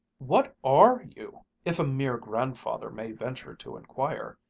what are you, if a mere grandfather may venture to inquire?